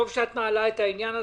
טוב שאת מעלה את העניין הזה.